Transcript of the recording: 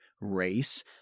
Race